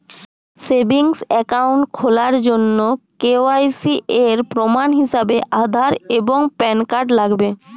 savings account খোলার জন্য KYC এর প্রমাণ হিসেবে আধার এবং প্যান কার্ড লাগবে